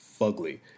fugly